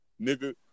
Nigga